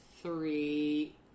three